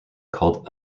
called